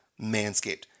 Manscaped